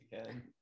again